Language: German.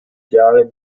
jahre